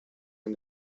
non